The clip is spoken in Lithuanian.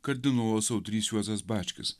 kardinolas audrys juozas bačkis